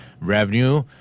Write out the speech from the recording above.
revenue